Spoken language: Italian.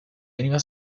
veniva